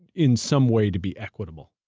in some way, to be equitable.